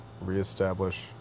Reestablish